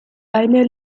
eine